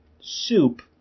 soup